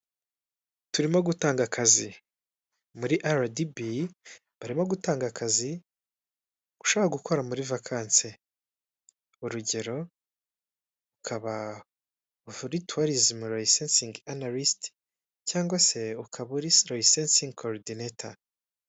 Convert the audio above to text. Turimo gutanga akazi. Muri rdb barimo gutanga akazi ushobora gukora muri vakanse urugero: ukaba vuri tuwarizimi analisisiti cyangwa se ukaba uri situreyisensingi korudineta